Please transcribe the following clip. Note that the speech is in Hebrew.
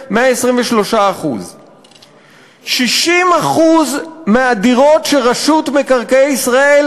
123%. 60% מהדירות שרשות מקרקעי ישראל